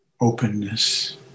Openness